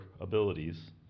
abilities